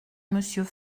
monsieur